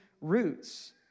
roots